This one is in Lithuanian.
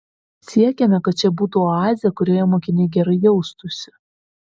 siekiame kad čia būtų oazė kurioje mokiniai gerai jaustųsi